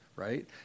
Right